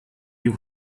you